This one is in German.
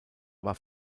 war